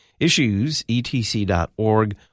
issuesetc.org